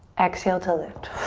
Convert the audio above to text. exhale to lift.